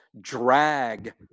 drag